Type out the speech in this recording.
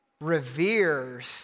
reveres